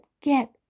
Get